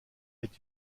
est